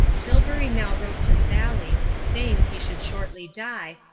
tilbury now wrote to sally, saying he should shortly die,